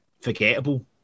forgettable